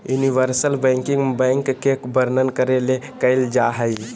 universal banking bank के वर्णन करे ले कइल जा हइ